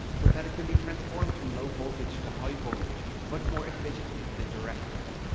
but that it can be transformed from low voltage to high voltage much more efficiently than direct current.